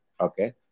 okay